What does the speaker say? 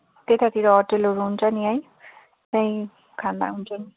त्यतातिर होटेलहरू हुन्छ नि है वहीँ खाँदा हुन्छ नि